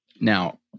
Now